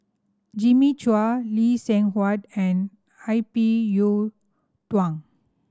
Jimmy Chua Lee Seng Huat and I P Yiu Tung